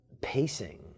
pacing